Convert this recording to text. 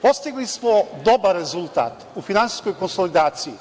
Postigli smo dobar rezultat u finansijskoj konsolidaciji.